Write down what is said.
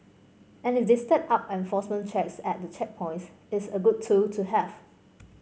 and if they step up enforcement checks at the checkpoints it's a good tool to have